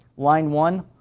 line one,